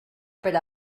per